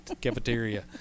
cafeteria